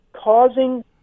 causing